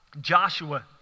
Joshua